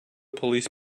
police